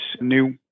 new